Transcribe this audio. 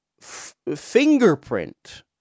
fingerprint